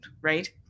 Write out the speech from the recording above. Right